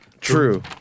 True